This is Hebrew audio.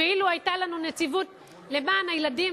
ואילו היתה לנו נציבות למען הילדים,